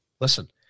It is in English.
listen